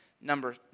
number